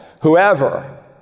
whoever